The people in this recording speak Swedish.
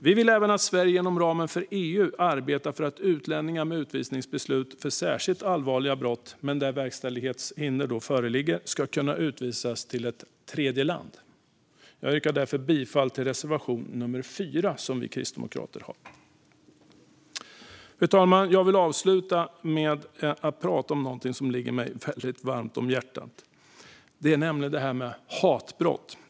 Vi vill även att Sverige inom ramen för EU ska arbeta för att utlänningar med utvisningsbeslut för särskilt allvarliga brott men där verkställighetshinder föreligger ska kunna utvisas till ett annat tredjeland. Jag yrkar därför bifall till reservation nummer 4 från oss kristdemokrater. Fru talman! Jag vill avsluta med att tala om något som ligger mig väldigt varmt om hjärtat, nämligen arbetet mot hatbrott.